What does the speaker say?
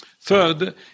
Third